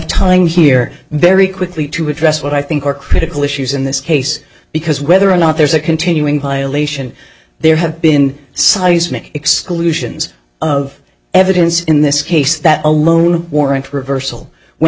time here very quickly to address what i think are critical issues in this case because whether or not there is a continuing violation there have been seismic exclusions of evidence in this case that alone warrant reversal when